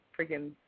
freaking